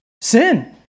Sin